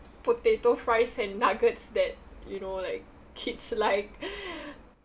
potato fries and nuggets that you know like kids like